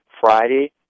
Friday